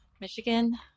Michigan